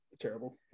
terrible